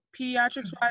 pediatrics-wise